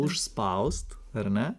užspaust ar ne